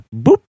boop